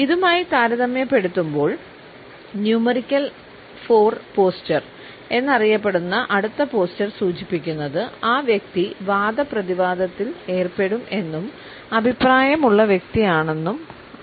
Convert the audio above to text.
ഇതുമായി താരതമ്യപ്പെടുത്തുമ്പോൾ numerical 4 posture എന്നറിയപ്പെടുന്ന അടുത്ത പോസ്ചർ സൂചിപ്പിക്കുന്നത് ആ വ്യക്തി വാദപ്രതിവാദത്തിൽ ഏർപ്പെടും എന്നും അഭിപ്രായമുള്ള വ്യക്തിയാണെന്നും ആണ്